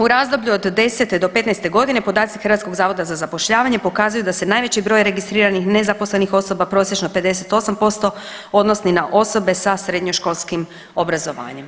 U razdoblju od desete do petnaeste godine podaci Hrvatskog zavoda za zapošljavanje pokazuju da se najveći broj registriranih nezaposlenih osoba prosječno 58% odnosi na osobe sa srednjoškolskim obrazovanjem.